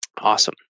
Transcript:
Awesome